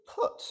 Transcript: put